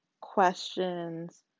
questions